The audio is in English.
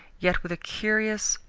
yet with a curious,